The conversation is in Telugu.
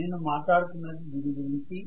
నేను మాట్లాడుతున్నది దీని గురించి